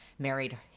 married